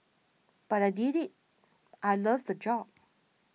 but I did it I loved the job